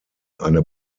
eine